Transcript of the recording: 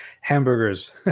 Hamburgers